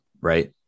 Right